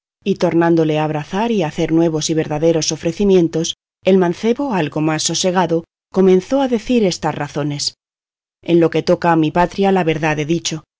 y tornándole a abrazar y a hacer nuevos y verdaderos ofrecimientos el mancebo algo más sosegado comenzó a decir estas razones en lo que toca a mi patria la verdad he dicho